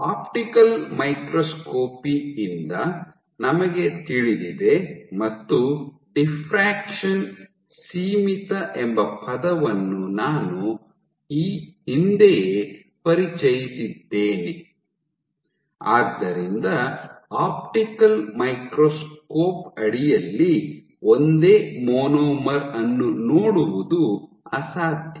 optical microscopy ಯಿಂದ ನಮಗೆ ತಿಳಿದಿದೆ ಮತ್ತು ಡಿಫ್ರಾಕ್ಷನ್ ಸೀಮಿತ ಎಂಬ ಪದವನ್ನು ನಾನು ಈ ಹಿಂದೆಯೇ ಪರಿಚಯಿಸಿದ್ದೇನೆ ಆದ್ದರಿಂದ ಆಪ್ಟಿಕಲ್ ಮೈಕ್ರೋಸ್ಕೋಪ್ ಅಡಿಯಲ್ಲಿ ಒಂದೇ ಮೊನೊಮರ್ ಅನ್ನು ನೋಡುವುದು ಅಸಾಧ್ಯ